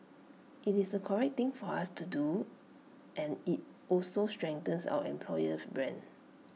IT is the correct thing for us to do and IT also strengthens our employer's brand